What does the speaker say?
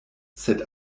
sed